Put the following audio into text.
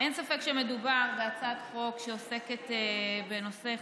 אין ספק שמדובר בהצעת חוק שעוסקת בנושא חשוב,